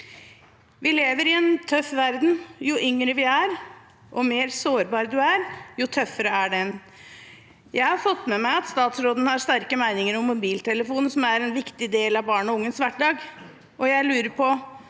Vi lever i en tøff verden. Jo yngre og mer sårbar man er, jo tøffere er den. Jeg har fått med meg at statsråden har sterke meninger om mobiltelefonen, som er en viktig del av barn og unges hverdag. Jeg lurer på: